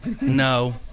no